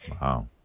Wow